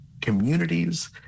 communities